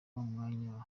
umwanya